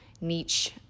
niche